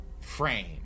frame